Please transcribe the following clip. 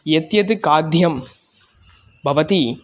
यत् यत् खाद्ये भवति